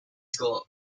school